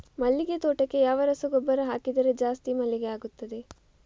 ಮಲ್ಲಿಗೆ ತೋಟಕ್ಕೆ ಯಾವ ರಸಗೊಬ್ಬರ ಹಾಕಿದರೆ ಜಾಸ್ತಿ ಮಲ್ಲಿಗೆ ಆಗುತ್ತದೆ?